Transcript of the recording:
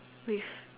with